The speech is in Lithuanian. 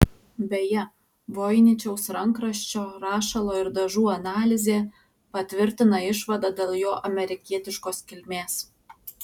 beje voiničiaus rankraščio rašalo ir dažų analizė patvirtina išvadą dėl jo amerikietiškos kilmės